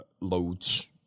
loads